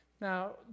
Now